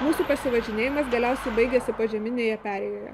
mūsų pasivažinėjimai galiausiai baigėsi požeminėje perėjoje